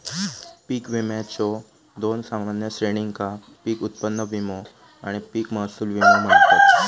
पीक विम्याच्यो दोन सामान्य श्रेणींका पीक उत्पन्न विमो आणि पीक महसूल विमो म्हणतत